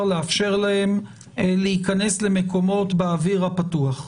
לאפשר להם להיכנס למקומות באוויר הפתוח,